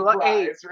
hey